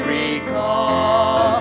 recall